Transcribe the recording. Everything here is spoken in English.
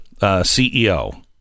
CEO